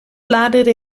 bladerde